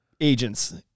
agents